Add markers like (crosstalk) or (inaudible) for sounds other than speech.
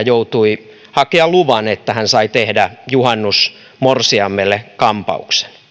(unintelligible) joutui hakemaan luvan että sai tehdä juhannusmorsiamelle kampauksen